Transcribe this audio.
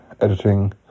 editing